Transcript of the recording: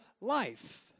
life